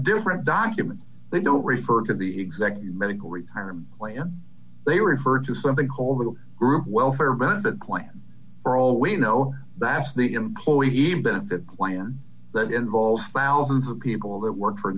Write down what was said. different documents they don't refer to the exact medical retirement plan they referred to something called the group welfare benefit plan for all we know bass the employees benefit plan that involves thousands of people that work for